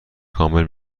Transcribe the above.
کامل